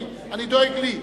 אני דואג לי.